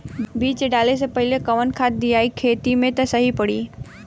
बीज डाले से पहिले कवन खाद्य दियायी खेत में त सही पड़ी?